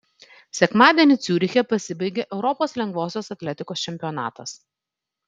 sekmadienį ciuriche pasibaigė europos lengvosios atletikos čempionatas